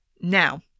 Now